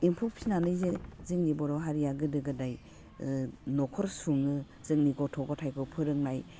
एम्फौ फिसिनानै जे जोंनि बर' हारिया गोदो गोदाय न'खर सुङो जोंनि गथ' गथाइखौ फोरोंनाय